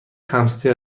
همستر